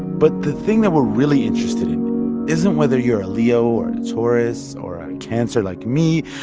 but the thing that we're really interested in isn't whether you're a leo or taurus or a cancer, like me,